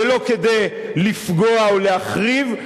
זה לא כדי לפגוע ולהחריב,